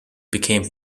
became